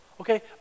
okay